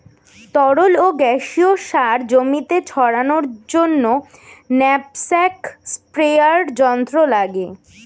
তরল ও গ্যাসীয় সার জমিতে ছড়ানোর জন্য ন্যাপস্যাক স্প্রেয়ার যন্ত্র লাগে